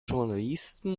journalisten